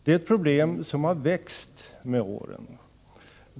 Det är ett problem som har växt med åren.